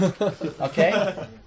okay